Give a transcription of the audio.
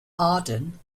arden